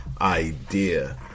idea